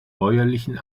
bäuerlichen